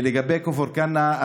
לגבי כפר כנא,